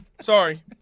Sorry